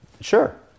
Sure